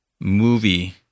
movie